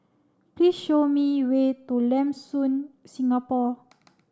please show me way to Lam Soon Singapore